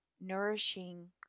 nourishing